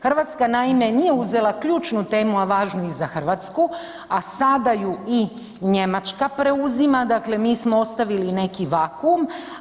Hrvatska naime nije uzela ključnu temu, a važnu i za Hrvatsku, a sada ću i Njemačka preuzima, dakle mi smo ostavili neki vakuum.